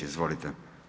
Izvolite.